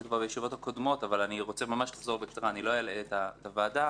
גם בישיבות הקודמות לא אלאה את הוועדה